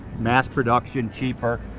mass production. cheaper,